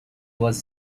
was